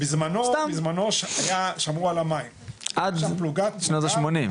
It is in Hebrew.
בזמנו, שמרו על המים --- עד שנות השמונים.